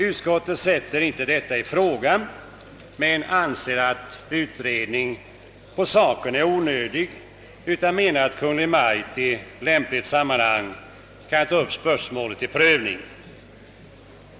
Utskottet sätter inte detta i fråga, men anser att en utredning av saken är onödig; Kungl. Maj:t bör i stället kunna i lämpligt sammanhang ta upp spörsmålet till prövning.